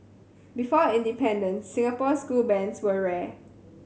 before independence Singapore school bands were rare